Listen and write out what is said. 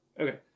Okay